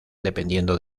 dependiendo